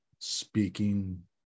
speaking